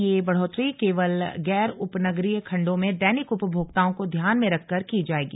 यह बढ़ोत्तरी केवल गैर उपनगरीय खंडों में दैनिक उपभोक्ताओं को ध्यान में रखकर की जाएगी